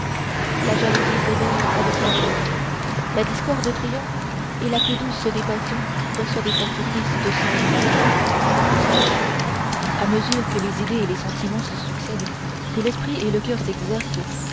la jalousie s'éveille avec l'amour la discorde triomphe et la plus douce des passions reçoit des sacrifices de sang humain à mesure que les idées et les sentiments se succèdent que l'esprit et le cœur s'exercent